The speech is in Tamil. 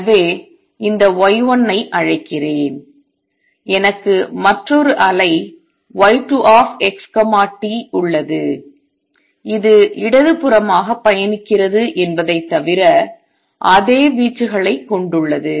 எனவே இந்த y 1 ஐ அழைக்கிறேன் எனக்கு மற்றொரு அலை y2xt உள்ளது இது இடதுபுறமாக பயணிக்கிறது என்பதைத் தவிர அதே வீச்சுகளைக் கொண்டுள்ளது